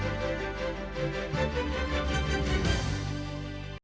Дякую.